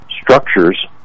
structures